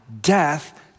death